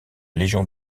légion